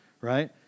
right